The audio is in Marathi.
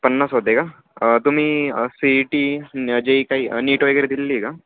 पन्नास होते का तुम्ही C E T J E E NEET वगैरे दिलेली आहे का